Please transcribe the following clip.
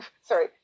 Sorry